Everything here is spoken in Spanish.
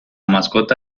mascota